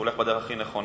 שהוא הולך בדרך הכי נכונה,